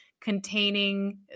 containing